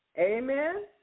Amen